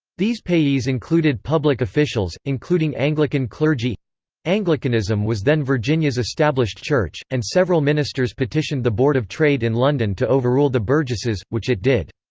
these payees included public officials, including anglican clergy anglicanism was then virginia's established church, and several ministers petitioned the board of trade in london to overrule the burgesses, which it did.